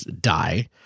die